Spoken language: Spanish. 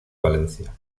valencia